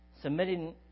submitting